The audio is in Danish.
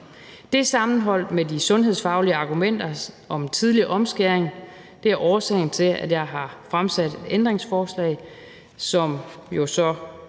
Det sammenholdt med de sundhedsfaglige argumenter om tidlig omskæring er årsagen til, at jeg har stillet et ændringsforslag, som jo så